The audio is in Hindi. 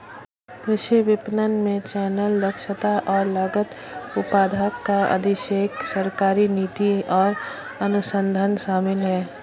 कृषि विपणन में चैनल, दक्षता और लागत, उत्पादक का अधिशेष, सरकारी नीति और अनुसंधान शामिल हैं